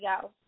go